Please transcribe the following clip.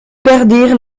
perdirent